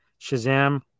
Shazam